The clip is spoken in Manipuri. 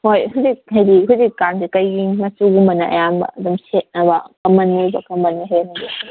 ꯍꯣꯏ ꯍꯧꯖꯤꯛ ꯍꯥꯏꯗꯤ ꯍꯧꯖꯤꯛꯀꯥꯟꯗꯤ ꯀꯩ ꯃꯆꯨꯒꯨꯝꯕꯅ ꯑꯌꯥꯝꯕ ꯑꯗꯨꯝ ꯁꯦꯠꯅꯕ ꯀꯝꯃꯟ ꯑꯣꯏꯕ ꯀꯝꯃꯟ